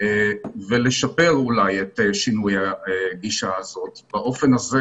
ולשפר אולי את שינוי הגישה הזה באופן הזה